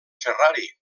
ferrari